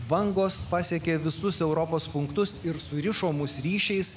bangos pasiekė visus europos punktus ir surišo mus ryšiais